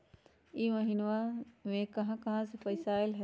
इह महिनमा मे कहा कहा से पैसा आईल ह?